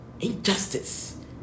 Injustice